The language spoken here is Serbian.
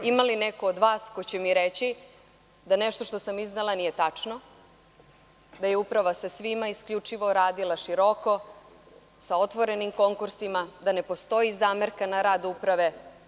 Ima li neko od vas ko će mi reći da nešto što sam iznela nije tačno, da je uprava sa svima isključivo radila široko, sa otvorenim konkursima, da ne postoji zamerka na rad uprave.